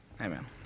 Amen